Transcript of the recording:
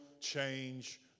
change